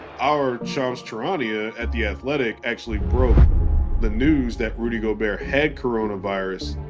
our shams charania at the athletic actually broke the news that rudy gobert had coronavirus.